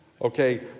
Okay